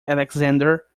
alexander